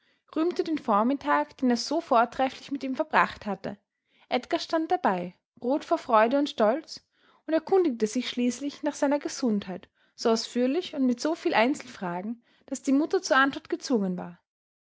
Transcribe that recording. rühmte den vormittag den er so vortrefflich mit ihm verbracht hatte edgar stand dabei rot vor freude und stolz und erkundigte sich schließlich nach seiner gesundheit so ausführlich und mit so viel einzelfragen daß die mutter zur antwort gezwungen war